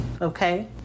okay